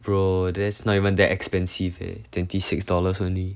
bro that's not even that expensive eh twenty six dollars only